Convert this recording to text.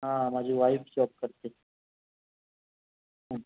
हां माझी wife job करते